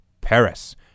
Paris